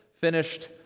finished